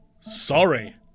Sorry